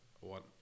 One